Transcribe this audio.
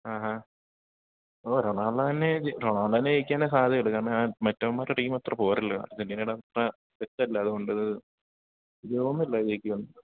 ആഹാ ഓ റൊണാൾഡോ തന്നെ റൊണാൾഡോ തന്നെ ജയിക്കാനേ സാധ്യതയുള്ളു കാരണം ആ മറ്റവന്മാരുടെ ടീം അത്ര പോരല്ലോ അർജെൻ്റീനയുടെ അത്ര സെറ്റ് അല്ല അതുകൊണ്ട് എനിക്ക് തോന്നുന്നില്ല ജയിക്കുമെന്ന്